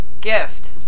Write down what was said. gift